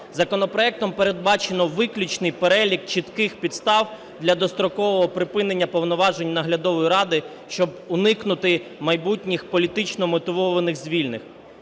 Законопроектом передбачено виключний перелік чітких підстав для дострокового припинення повноважень наглядової ради, щоб уникнути майбутніх політично-мотивованих звільнень.